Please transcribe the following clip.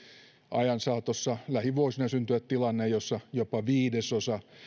ajan saatossa lähivuosina syntyä tilanne jossa jopa viidesosa